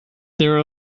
there